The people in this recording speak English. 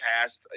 past